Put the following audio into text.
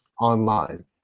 online